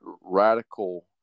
radical